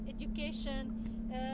education